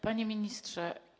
Panie Ministrze!